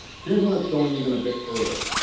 here's when it's going even a bit further.